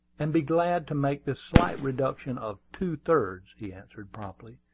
and be glad to make this slight reduction of two-thirds, he answered promptly,